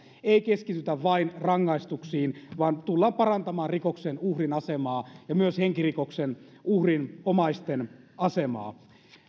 ei keskitytä vain rangaistuksiin vaan tullaan parantamaan rikoksen uhrin asemaa ja myös henkirikoksen uhrin omaisten asemaa